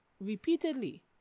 repeatedly